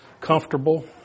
comfortable